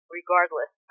regardless